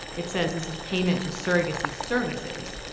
it says this is payment to surrogacy services.